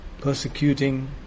persecuting